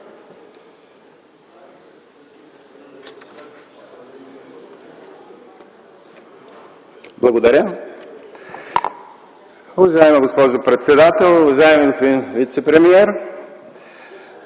Благодаря. Уважаема госпожо председател, уважаеми господин вицепремиер!